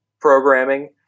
programming